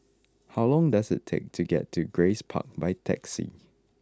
how long does it take to get to Grace Park by taxi